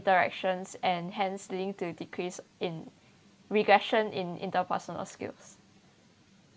directions and hence linked to decrease in regression in interpersonal skills